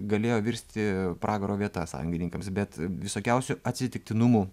galėjo virsti pragaro vieta sąjungininkams bet visokiausių atsitiktinumų